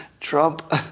Trump